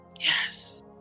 yes